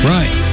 Right